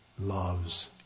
loves